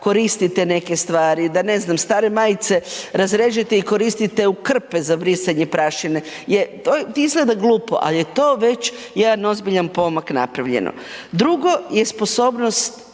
koristite neke stvari, da, ne znam, stare majice razrežete i koristite u krpe za brisanje prašine. Izgleda glupo, ali je to već jedan ozbiljan pomak napravljeno. Drugo je sposobnost